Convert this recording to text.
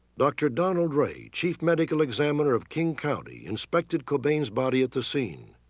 dr. donald ray, chief medical examiner of king county, inspected cobain's body at the scene.